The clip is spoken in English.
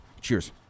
Cheers